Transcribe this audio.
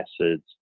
acids